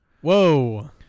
Whoa